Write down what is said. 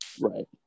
Right